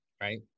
right